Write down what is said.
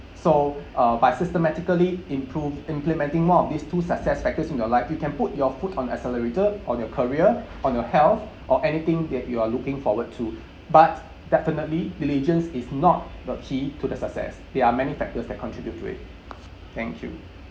so uh by systematically improve implementing more of these two success factors in your life you can put your foot on accelerator on your career on your health or anything that you are looking forward to but definitely diligence is not the key to the success there are many factors that contribute to it thank you